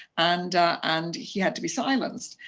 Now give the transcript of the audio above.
and and he had to be silenced.